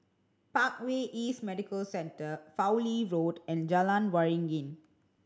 Parkway East Medical Centre Fowlie Road and Jalan Waringin